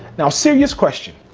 now, serious question.